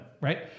right